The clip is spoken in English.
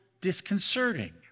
disconcerting